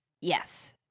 yes